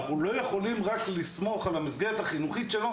אנחנו לא יכולים רק לסמוך על המסגרת החינוכית שלו.